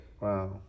Wow